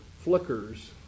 flickers